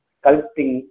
sculpting